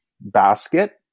basket